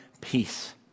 peace